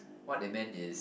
what they meant is